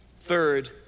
Third